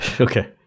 okay